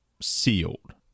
sealed